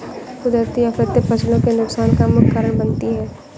कुदरती आफतें फसलों के नुकसान का मुख्य कारण बनती है